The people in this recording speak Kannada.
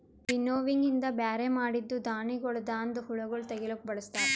ವಿನ್ನೋವಿಂಗ್ ಇಂದ ಬ್ಯಾರೆ ಮಾಡಿದ್ದೂ ಧಾಣಿಗೊಳದಾಂದ ಹುಳಗೊಳ್ ತೆಗಿಲುಕ್ ಬಳಸ್ತಾರ್